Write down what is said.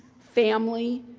family,